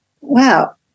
Wow